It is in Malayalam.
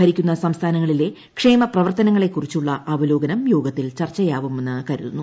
ഭരിക്കുന്ന സംസ്ഥാനങ്ങളിലെ ക്ഷേമപ്രവർത്തനങ്ങളെക്കുറിച്ചുളള അവലോകനം യോഗത്തിൽ ചർച്ചയാകുമെന്ന് കരുതുന്നു